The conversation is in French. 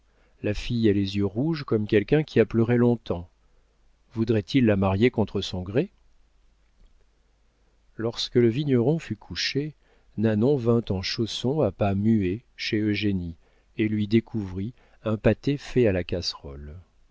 la fille a les yeux rouges comme quelqu'un qui a pleuré longtemps voudraient-ils la marier contre son gré lorsque le vigneron fut couché nanon vint en chaussons à pas muets chez eugénie et lui découvrit un pâté fait à la casserole